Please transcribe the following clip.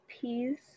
peas